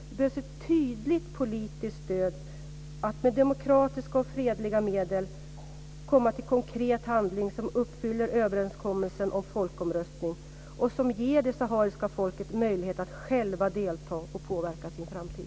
Det behövs ett tydligt politiskt stöd, att med demokratiska och fredliga medel komma till konkret handling så att överenskommelsen om folkomröstning uppfylls som ger det sahariska folket möjlighet att självt delta och påverka sin framtid.